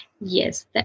Yes